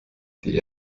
die